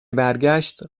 برگشت